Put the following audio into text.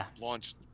launched